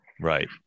Right